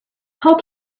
how